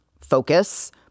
focus